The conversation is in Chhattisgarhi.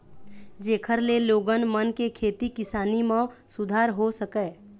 जेखर ले लोगन मन के खेती किसानी म सुधार हो सकय